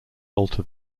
alta